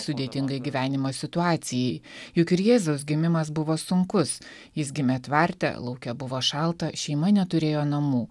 sudėtingai gyvenimo situacijai juk ir jėzaus gimimas buvo sunkus jis gimė tvarte lauke buvo šalta šeima neturėjo namų